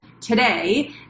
today